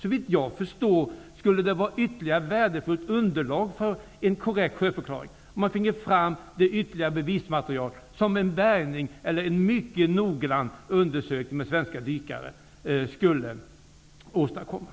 Om man fick fram det ytterligare bevismaterial som en bärgning eller en mycket noggrann undersökning av svenska dykare skulle bidra till, skulle det såvitt jag förstår tjäna som ett ytterligt värdefullt underlag för en korrekt sjöfarklaring.